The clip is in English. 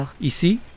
Ici